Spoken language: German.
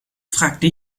fragte